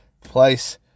place